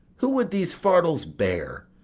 who would these fardels bear,